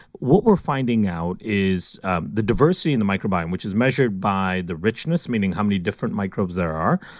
what we're finding out is ah the diversity in the microbiome, which is measured by the richness, meaning how many different microbes there are,